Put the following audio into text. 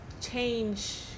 change